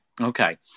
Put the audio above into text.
Okay